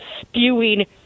spewing